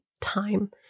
time